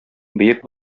бөек